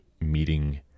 meeting